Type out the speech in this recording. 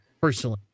personally